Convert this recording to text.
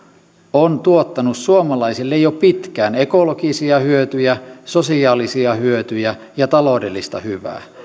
on tuottanut suomalaisille jo pitkään ekologisia hyötyjä sosiaalisia hyötyjä ja ja taloudellista hyvää